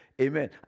Amen